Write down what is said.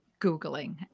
googling